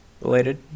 related